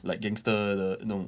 like gangster 的那种